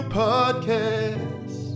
podcast